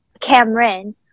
Cameron